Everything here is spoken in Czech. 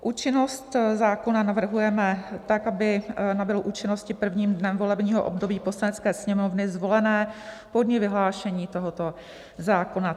Účinnost zákona navrhujeme tak, aby nabyl účinnosti prvním dnem volebního období Poslanecké sněmovny zvolené po dni vyhlášení tohoto zákona.